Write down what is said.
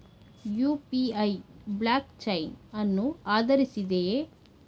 UPI blockchain ಅನ್ನು ಆಧರಿಸಿದೆಯೇ?